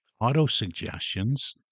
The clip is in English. auto-suggestions